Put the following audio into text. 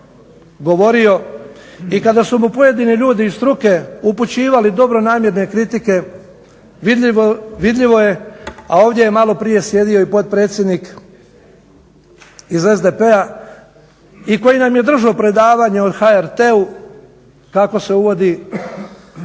i kada su mu pojedini ljudi iz struke upućivali dobronamjerne kritike vidljivo je, a ovdje je maloprije sjedio i potpredsjednik iz SDP-a i koji nam je držao predavanje o HRT-u kako se uvodi